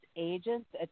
agents